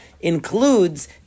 includes